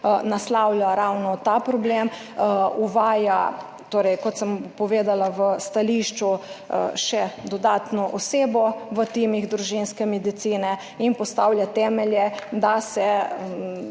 dveh tednih, ta problem, uvaja torej, kot sem povedala v stališču, še dodatno osebo v timih družinske medicine in postavlja temelje, da se